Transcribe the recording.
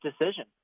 decision